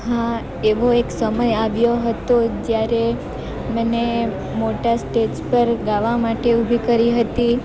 હા એવો એક સમય આવ્યો હતો જ્યારે મને મોટા સ્ટેજ પર ગાવા માટે ઊભી કરી હતી